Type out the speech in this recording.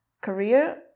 career